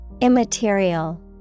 Immaterial